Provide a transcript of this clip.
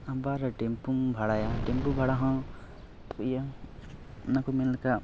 ᱟᱵᱟᱨ ᱴᱮᱢᱯᱩᱢ ᱵᱷᱟᱲᱟᱭᱟ ᱴᱮᱢᱯᱩ ᱵᱷᱟᱲᱟ ᱦᱚᱸ ᱤᱭᱟᱹ ᱚᱱᱟ ᱠᱚ ᱢᱮᱱ ᱞᱮᱠᱟ